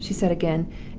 she said again,